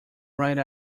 ride